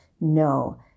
no